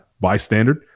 bystander